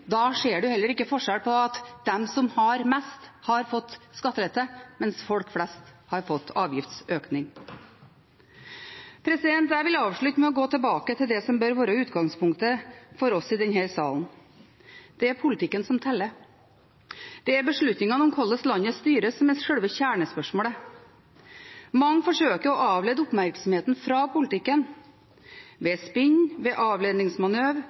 Da ser man heller ikke forskjell på at de som har mest, har fått skattelette, mens folk flest har fått avgiftsøkninger. Jeg vil avslutte med å gå tilbake til det som bør være utgangspunktet for oss i denne salen: Det er politikken som teller – det er beslutningene om hvordan landet styres, som er selve kjernespørsmålet. Mange forsøker å avlede oppmerksomheten fra politikken – ved spinn, ved